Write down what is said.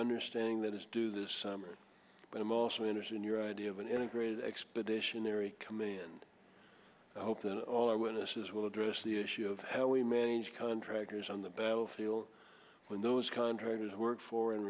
understanding that is due this summer but i'm also interested in your idea of an integrated expeditionary committee and i hope that all our witnesses will address the issue of how we manage contractors on the battlefield when those contractors work for and